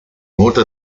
molta